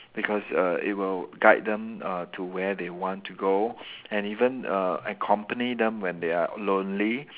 because err it will guide them uh to where they want to go and even uh accompany them when they are lonely